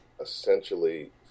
essentially